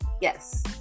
Yes